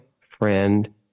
friend